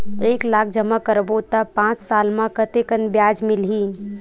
एक लाख जमा करबो त पांच साल म कतेकन ब्याज मिलही?